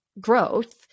growth